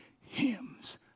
hymns